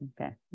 Okay